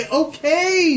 okay